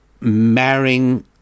marrying